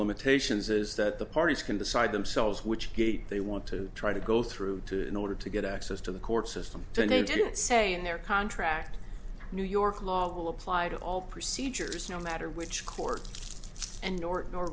limitations is that the parties can decide themselves which gate they want to try to go through to in order to get access to the court system so they didn't say in their contract new york law will apply to all procedures no matter which court